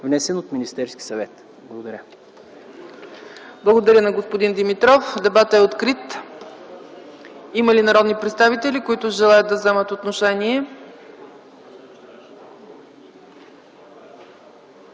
внесен от Министерския съвет.” Благодаря. ПРЕДСЕДАТЕЛ ЦЕЦКА ЦАЧЕВА: Благодаря на господин Димитров. Дебатът е открит. Има ли народни представители, които желаят да вземат отношение?